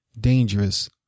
dangerous